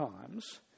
times